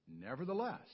Nevertheless